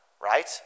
right